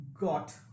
got